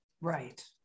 Right